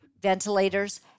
ventilators